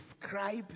describe